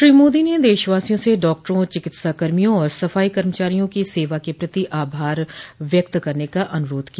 श्री मोदी ने देशवासियों से डॉक्टरों चिकित्सा कर्मियों और सफाई कर्मचारियों की सेवा के प्रति आभार व्यक्त करने का अनुरोध किया